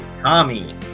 Tommy